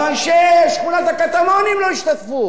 גם אנשי שכונת הקטמונים לא השתתפו.